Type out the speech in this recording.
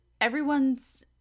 everyone's